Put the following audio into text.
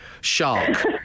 Shark